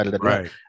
Right